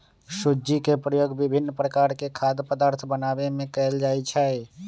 सूज्ज़ी के प्रयोग विभिन्न प्रकार के खाद्य पदार्थ बनाबे में कयल जाइ छै